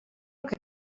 que